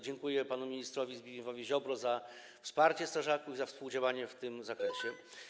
Dziękuję panu ministrowi Zbigniewowi Ziobrze za wsparcie strażaków, za współdziałanie w tym zakresie.